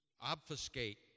obfuscate